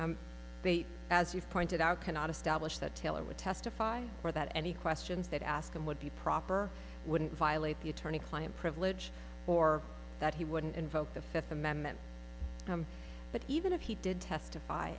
case as you've pointed out cannot establish that taylor would testify or that any questions that ask him would be proper wouldn't violate the attorney client privilege or that he wouldn't invoke the fifth amendment but even if he did testify